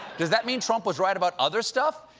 does that mean trump was right about other stuff?